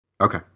Okay